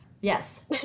Yes